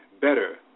better